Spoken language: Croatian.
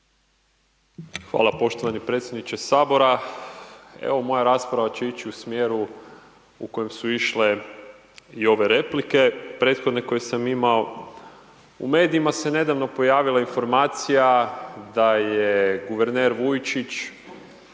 Hvala poštovani predsjedniče Sabora. Evo moja rasprava će ići u smjeru u kojem su išle i ove replike prethodne koje sam imao. U medijima se nedavno pojavila informacija da je guverner Vujčić